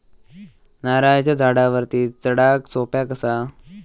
नारळाच्या झाडावरती चडाक सोप्या कसा?